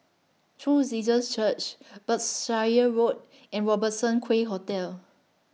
True Jesus Church Berkshire Road and Robertson Quay Hotel